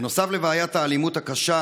בנוסף לבעיית האלימות הקשה,